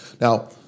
Now